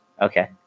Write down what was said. Okay